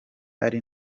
ari